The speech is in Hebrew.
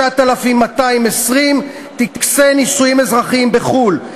9,220 טקסי נישואים אזרחיים בחו"ל,